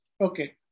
Okay